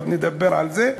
עוד נדבר על זה,